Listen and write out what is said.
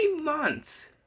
months